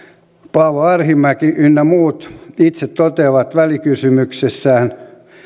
paavo arhinmäki ynnä muut itse toteavat välikysymyksessään